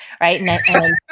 right